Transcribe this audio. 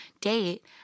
date